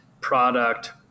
product